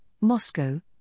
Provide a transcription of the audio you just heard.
Moscow